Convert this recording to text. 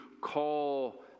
call